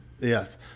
Yes